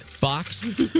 box